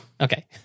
Okay